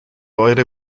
eure